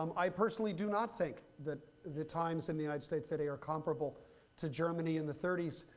um i personally do not think that the times in the united states today are comparable to germany in the thirty s,